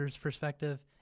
perspective